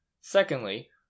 secondly